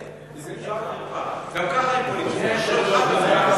מבזים את הכנסת.